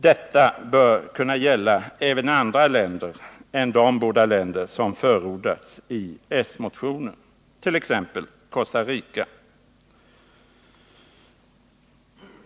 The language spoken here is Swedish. Detta bör kunna gälla även andra länder än de båda länder som förordats i s-motionen,t.ex. Costa Rica.